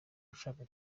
ushaka